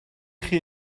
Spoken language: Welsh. chi